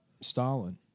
Stalin